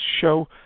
show